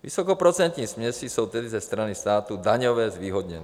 Vysokoprocentní směsi jsou tedy ze strany státu daňově zvýhodněny.